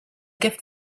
gift